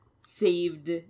saved